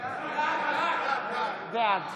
בעד